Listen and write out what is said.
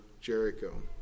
Jericho